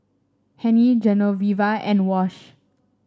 Hennie Genoveva and Wash